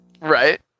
Right